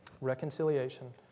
Reconciliation